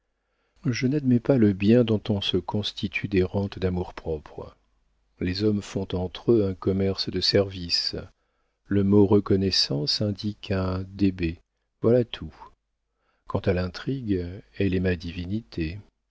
je n'admets pas le bien dont on se constitue des rentes d'amour-propre les hommes font entre eux un commerce de services le mot reconnaissance indique un débet voilà tout quant à l'intrigue elle est ma divinité